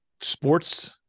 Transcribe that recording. Sports